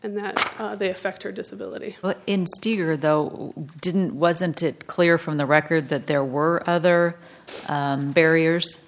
and that they affect her disability but her though didn't wasn't it clear from the record that there were other barriers